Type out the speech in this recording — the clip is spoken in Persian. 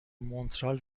مونترال